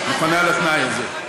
מוכנה לתנאי הזה.